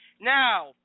Now